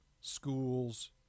schools